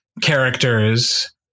characters